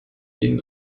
gen